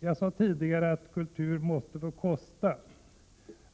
Jag sade tidigare att kultur måste få kosta.